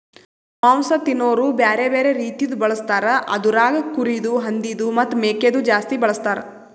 ಮಾಂಸ ತಿನೋರು ಬ್ಯಾರೆ ಬ್ಯಾರೆ ರೀತಿದು ಬಳಸ್ತಾರ್ ಅದುರಾಗ್ ಕುರಿದು, ಹಂದಿದು ಮತ್ತ್ ಮೇಕೆದು ಜಾಸ್ತಿ ಬಳಸ್ತಾರ್